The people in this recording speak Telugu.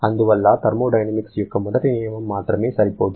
అందువల్ల థర్మోడైనమిక్స్ యొక్క మొదటి నియమం మాత్రమే సరిపోదు